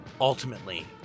ultimately